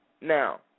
Now